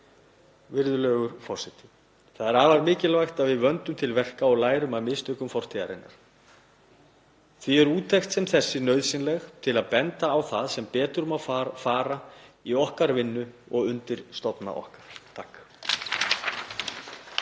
Virðulegur forseti. Það er afar mikilvægt að við vöndum til verka og læra af mistökum fortíðarinnar. Því er úttekt sem þessi nauðsynleg til að benda á það sem betur má fara í okkar vinnu og undirstofnana okkar.